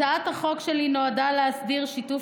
הצעת החוק שלי נועדה להסדיר שיתוף